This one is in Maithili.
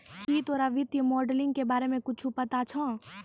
की तोरा वित्तीय मोडलिंग के बारे मे कुच्छ पता छौं